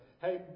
hey